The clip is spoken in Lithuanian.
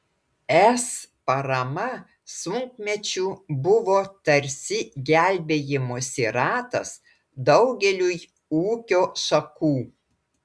es parama sunkmečiu buvo tarsi gelbėjimosi ratas daugeliui ūkio šakų